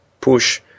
push